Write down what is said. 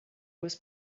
was